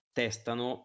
testano